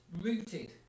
rooted